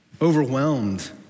overwhelmed